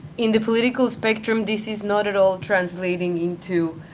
in the political spectrum, this is not at all translating into